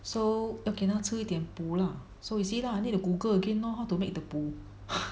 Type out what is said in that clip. so 我给他吃一点补了 so you see lah I need to Google again lor how to make the 补